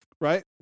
right